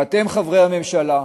ואתם, חברי הממשלה,